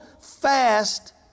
fast